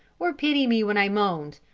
or pity me when i moaned!